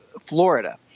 Florida